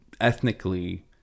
ethnically